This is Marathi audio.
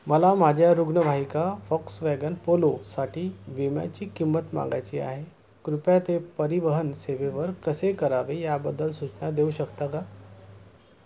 मला माझ्या रुग्णवाहिका फॉक्सवॅगन पोलोसाठी विम्याची किंमत मागायची आहे कृपया ते परिवहन सेवेवर कसे करावे याबद्दल सूचना देऊ शकता का